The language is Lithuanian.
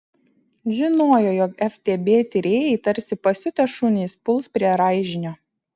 žinojo jog ftb tyrėjai tarsi pasiutę šunys puls prie raižinio